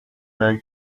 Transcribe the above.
merry